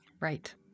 Right